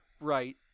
right